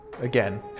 again